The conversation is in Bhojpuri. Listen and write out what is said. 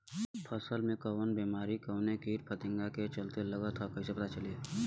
फसल में कवन बेमारी कवने कीट फतिंगा के चलते लगल ह कइसे पता चली?